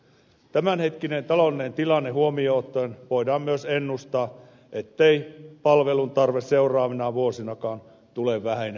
tämänhetkinen taloudellinen tilanne huomioon ottaen voidaan myös ennustaa ettei palveluntarve seuraavina vuosinakaan tule vähenemään päinvastoin